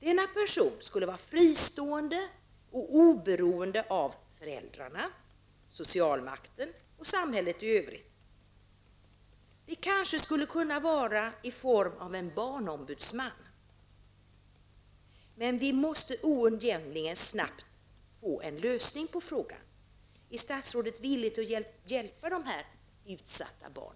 Denna person skulle vara fristående och oberoende av föräldrarna, socialmakten och samhället i övrigt. Det skulle kunna vara i form av en barnombudsman. Vi måste oundgängligen snabbt få en lösning på frågan. Är statsrådet villig att hjälpa dessa utsatta barn?